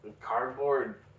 cardboard